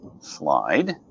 slide